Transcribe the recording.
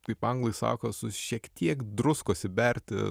kaip anglai sako su šiek tiek druskos įberti